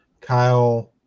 Kyle